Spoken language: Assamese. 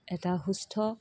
এটা সুস্থ